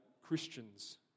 christians